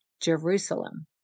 Jerusalem